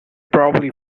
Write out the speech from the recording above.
probably